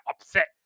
upset